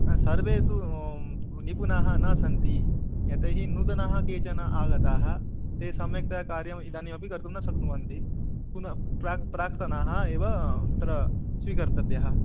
सर्वे तु निपुणाः न सन्ति यतो हि नूतनाः केचन आगताः ते सम्यक्तया कार्यम् इदानीमपि कर्तुं न शक्नुवन्ति पुनः प्राक् प्राक्तनाः एव तत्र स्वीकर्तव्याः